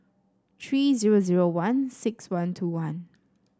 three zero zero one six one two one